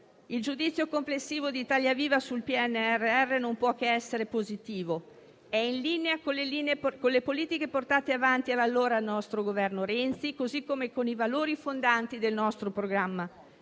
il giudizio complessivo di Italia Viva sul PNRR non può che essere positivo, perché è in linea con le politiche portate avanti allora dal governo Renzi, così come con i valori fondanti del nostro programma: